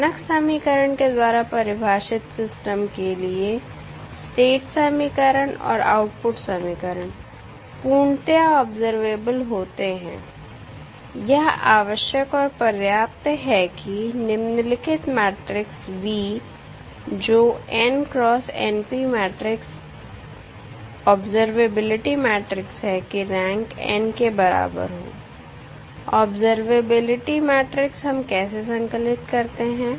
मानक समीकरण के द्वारा परिभाषित सिस्टम के लिए स्टेट समीकरण और आउटपुट समीकरण पूर्णतया ऑबजरवेबल होते हैंयह आवश्यक और पर्याप्त है कि निम्नलिखित मैट्रिक्स V जो n cross np matrix observability matrix है की रैंक n के बराबर हो ऑबजरवेबिलिटी मैट्रिक्स हम कैसे संकलित करते हैं